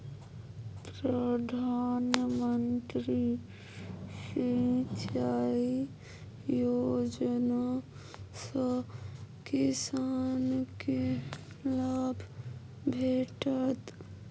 प्रधानमंत्री सिंचाई योजना सँ किसानकेँ लाभ भेटत